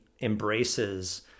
embraces